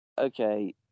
okay